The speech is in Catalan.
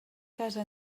casa